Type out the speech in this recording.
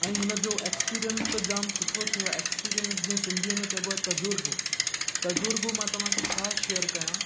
ऐं हुनजो एक्सपीरियंस त जामु सुठो थियो आहे एक्सपीरियंस जीअं सिंधीअ में चएबो आहे तज़र्बो तज़र्बो मां तव्हांखे छा शेयर कयां